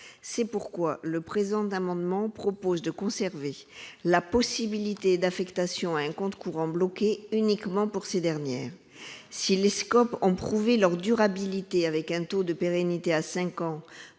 C'est pourquoi le présent amendement vise à conserver la possibilité d'affectation à un compte courant bloqué uniquement pour ces dernières. Si les SCOP ont prouvé leur durabilité, avec un taux de pérennité à cinq